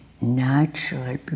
natural